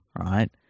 right